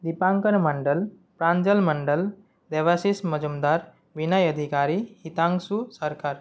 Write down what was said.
दिपाङ्करमण्डलः प्राञ्जल मण्डल देवाशिषमजुम्दारः विनय अधिकारिः हितांशुसरकारः